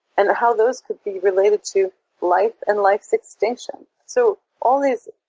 and how those can be related to life and life's extinction. so all of these